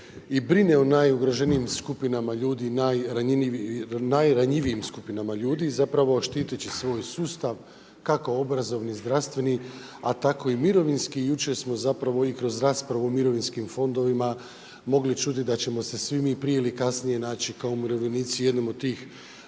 i brine o najugroženijim skupinama ljudi, najranjivijim skupinama ljudi, zapravo štiteći svoj sustav, kako obrazovni, zdravstveni, a tako i mirovinski. Jučer smo zapravo i kroz raspravu o mirovinskim fondovima mogli čuti da ćemo se svi mi prije ili kasnije naći kao umirovljenici u jednom od tih